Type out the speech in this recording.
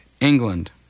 England